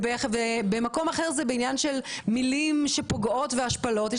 ובמקום אחר זה בעניין של מילים שפוגעות ובהשפלות.